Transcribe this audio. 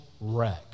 wreck